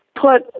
put